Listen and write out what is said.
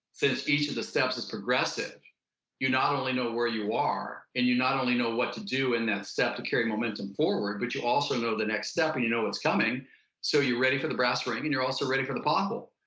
since each of the steps is progressive you not only know where you are and you not only know what to do in that step to carry momentum forward, but you also know the next step and you know what's coming so you're ready for the brass ring and and you're also ready for the pothole.